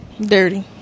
Dirty